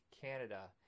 Canada